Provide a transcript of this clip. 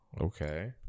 Okay